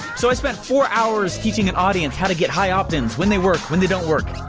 so i spent four hours teaching an audience how to get high opt-in's. when they work, when they don't work.